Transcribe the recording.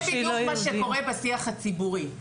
זה בדיוק מה שקורה בשיח הציבורי.